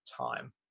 time